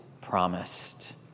promised